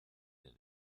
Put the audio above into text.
der